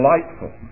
Delightful